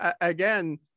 again